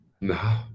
No